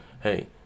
Hey